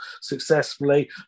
successfully